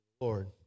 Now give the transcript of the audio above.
Lord